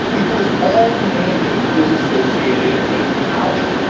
because all naming is associated with power.